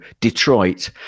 Detroit